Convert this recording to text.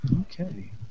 Okay